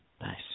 Nice